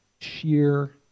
sheer